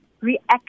react